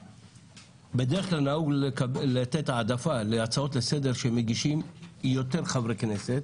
שבדרך כלל נהוג לתת העדפה להצעות לסדר שמגישים יותר חברי כנסת.